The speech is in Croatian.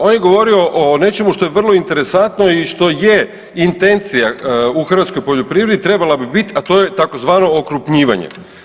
On je govorio o nečemu što je vrlo interesantno i što je intencija u hrvatskoj poljoprivredi i trebala bi biti, a to je tzv. okrupnjivanje.